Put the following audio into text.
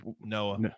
noah